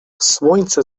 słońce